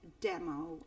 demo